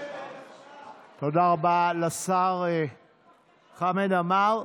תודה רבה לשר חמד עמאר.